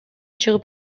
чыгып